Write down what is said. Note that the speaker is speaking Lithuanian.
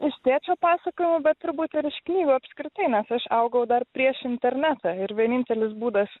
iš tėčio pasakojimų bet ir turbūt ir iš knygų apskritai nes aš augau dar prieš internetą ir vienintelis būdas